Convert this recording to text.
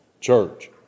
church